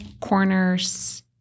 Corners